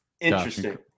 Interesting